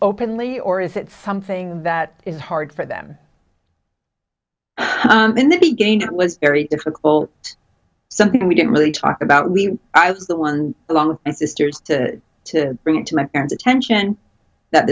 openly or if it's something that is hard for them in the be gained it was very difficult something we didn't really talk about we i was the one along and sisters to bring to my parents attention that